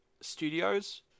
studios